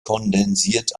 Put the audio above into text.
kondensiert